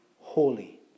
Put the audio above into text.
holy